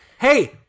hey